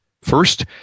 first